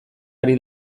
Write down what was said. ari